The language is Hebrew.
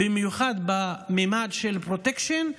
במיוחד בממד של פרוטקשן,